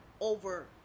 over